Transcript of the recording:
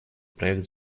проект